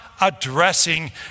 addressing